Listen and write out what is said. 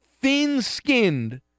thin-skinned